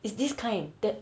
it's this kind that